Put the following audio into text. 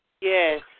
Yes